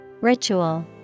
Ritual